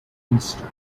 minister